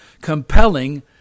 compelling